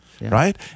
right